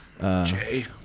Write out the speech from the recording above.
Jay